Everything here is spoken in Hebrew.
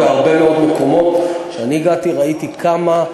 שבהרבה מאוד מקומות שאני הגעתי ראיתי כמה,